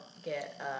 get